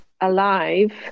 alive –